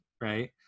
right